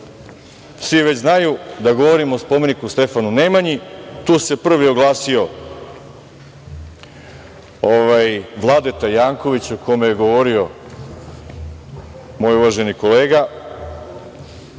Svi već znaju da govorim o spomeniku Stefanu Nemanji. Tu se prvi oglasio Vladeta Janković, o kome je govorio moj uvaženi kolega,